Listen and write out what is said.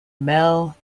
mel